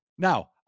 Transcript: Now